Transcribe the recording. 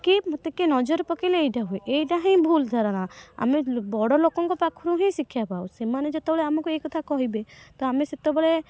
କି ମୋତେ କିଏ ନଜର ପକାଇଲେ ଏଇଟା ହୁଏ ଏଇଟା ହିଁ ଭୁଲ୍ ଧାରଣା ଆମେ ଲୋ ବଡ଼ ଲୋକଙ୍କ ପାଖରୁ ହିଁ ଶିକ୍ଷା ପାଉ ସେମାନେ ଯେତେବେଳେ ଆମକୁ ଏଇ କଥା କହିବେ ତ ଆମେ ସେତେବେଳେ